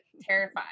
terrified